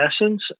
essence